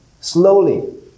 Slowly